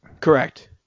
Correct